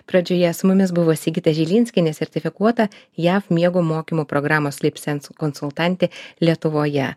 pradžioje su mumis buvo sigita žilinskienė sertifikuota jav miego mokymo programos sleep sense konsultantė lietuvoje